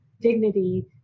dignity